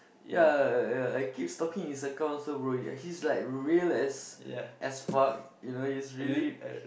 ya ya ya I keep stalking his account also bro yeah he's like real as as fuck you know he's really